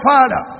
Father